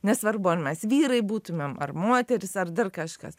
nesvarbu ar mes vyrai būtumėm ar moterys ar dar kažkas